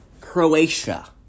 ...Croatia